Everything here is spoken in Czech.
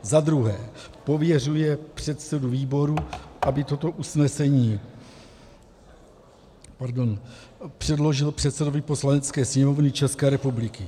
Za druhé, pověřuje předsedu výboru, aby toto usnesení předložil předsedovi Poslanecké sněmovny České republiky.